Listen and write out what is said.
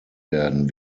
werden